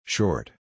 Short